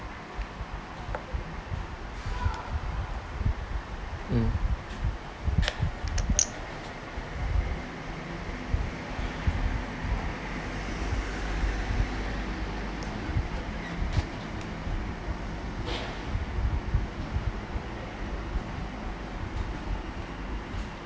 mm